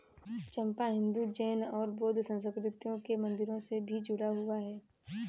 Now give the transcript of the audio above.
चंपा हिंदू, जैन और बौद्ध संस्कृतियों के मंदिरों से भी जुड़ा हुआ है